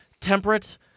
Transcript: temperate